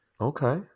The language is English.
Okay